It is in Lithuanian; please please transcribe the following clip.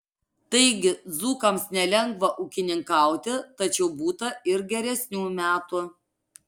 taigi dzūkams nelengva ūkininkauti tačiau būta ir geresnių metų